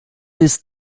jest